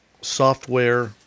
software